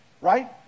Right